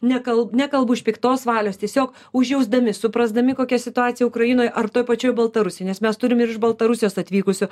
nekal nekalbu iš piktos valios tiesiog užjausdami suprasdami kokia situacija ukrainoj ar toj pačioj baltarusijoj nes mes turim ir iš baltarusijos atvykusių